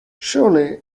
surely